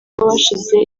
bashize